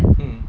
mm